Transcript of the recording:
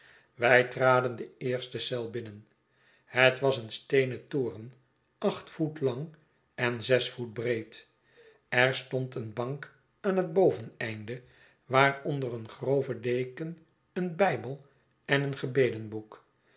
wij traden de eerste eel binnen het was een steenen toren acht voet lang en zes voet breed er stond een bank aan het boveneinde waaronder een grove deken een bijbel en een